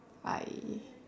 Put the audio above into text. I